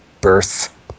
birth